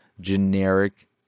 generic